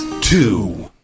Two